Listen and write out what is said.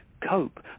cope